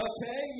Okay